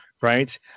right